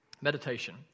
Meditation